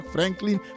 Franklin